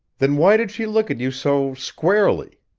then why did she look at you so squarely?